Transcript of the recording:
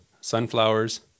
sunflowers